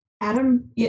adam